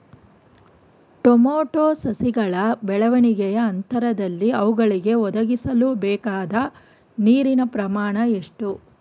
Tomato ಸಸಿಗಳ ಬೆಳವಣಿಗೆಯ ಹಂತದಲ್ಲಿ ಅವುಗಳಿಗೆ ಒದಗಿಸಲುಬೇಕಾದ ನೀರಿನ ಪ್ರಮಾಣ ಎಷ್ಟು?